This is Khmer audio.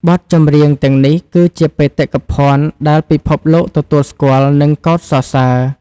បទចម្រៀងទាំងនេះគឺជាបេតិកភណ្ឌដែលពិភពលោកទទួលស្គាល់ និងកោតសរសើរ។